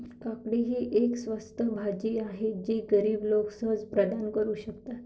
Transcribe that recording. काकडी ही एक स्वस्त भाजी आहे जी गरीब लोक सहज प्रदान करू शकतात